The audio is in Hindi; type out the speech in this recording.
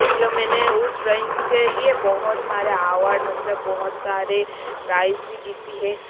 मतलब मैंने उस ड्रॉइंग के लिए बहुत सारे आवार्ड मतलब बहुत सारे प्राइज़ भी जीती है